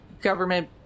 government